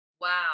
wow